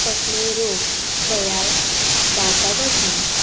कसलोय रोग तयार जावपा पसून